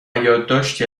یادداشتی